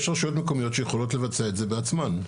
יש רשויות מקומיות שיכולות לבצע את זה בעצמן.